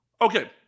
Okay